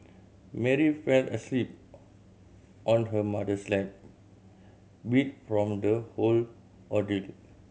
Mary fell asleep on her mother's lap beat from the whole ordeal